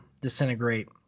disintegrate